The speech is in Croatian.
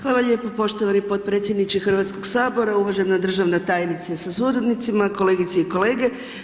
Hvala lijepo poštovani potpredsjedniče Hrvatskoga sabora, uvažena državna tajnice sa suradnicima, kolegice i kolege.